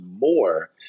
more